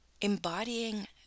embodying